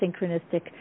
synchronistic